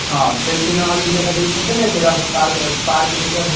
ହଁ ସେଇ ସିନେମା ହଲ୍ଟି ଦେଖା ଦେଖି କରିଦେଲେ ସେଇଟା ଗୋଟେ ପାର୍କ ପାର୍କ ଦେଖିବା ବୁଲି